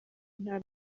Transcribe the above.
ntara